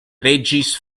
regis